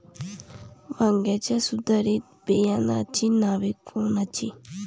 वांग्याच्या सुधारित बियाणांची नावे कोनची?